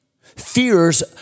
Fears